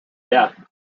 death